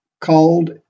called